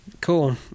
Cool